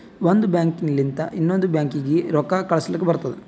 ಒಂದ್ ಬ್ಯಾಂಕ್ ಲಿಂತ ಇನ್ನೊಂದು ಬ್ಯಾಂಕೀಗಿ ರೊಕ್ಕಾ ಕಳುಸ್ಲಕ್ ಬರ್ತುದ